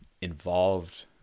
involved